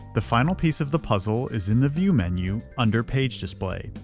the final piece of the puzzle is in the view menu, under page display.